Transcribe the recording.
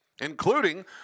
including